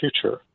future